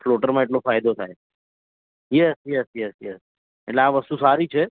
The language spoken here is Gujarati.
ફ્લોટરમાં એટલો ફાયદો થાય યસ યસ યસ યસ એટલે આ વસ્તુ સારી છે